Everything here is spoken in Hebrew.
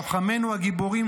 לוחמינו הגיבורים,